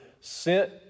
sent